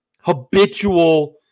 habitual